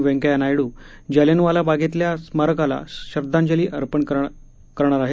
व्यंकैय्या नायडू जालियनवाला बागेतल्या स्मारकाला श्रद्धांजली वाहणार आहेत